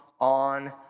on